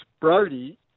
Brody